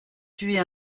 tuer